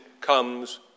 comes